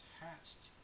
hatched